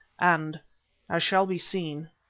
and, as shall be seen,